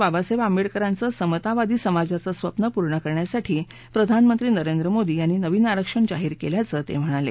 बाबासाहेब आंबेडकरांचं समतावादी समाजाचं स्वप्न पूर्ण करण्यासाठी प्रधानमंत्री नरेंद्र मोदी यांनी नवीन आरक्षण जाहीर केल्याचं ते म्हणाले